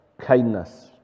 kindness